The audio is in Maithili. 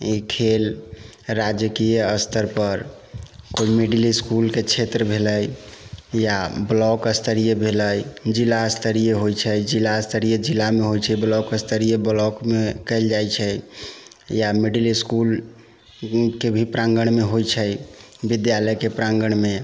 इ खेल राजकीय स्तर पर मिडल इसकल के क्षेत्र भेलै या ब्लाक स्तरीय भेलै जिला स्तरीय होइ छै जिला स्तरीय जिला मे होइ छै ब्लाक स्तरीय ब्लाकमे कयल जाइ छै या मिडल इसकुल के भी प्रांगण मे होइ छै विद्यालय के प्रांगण मे